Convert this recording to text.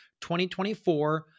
2024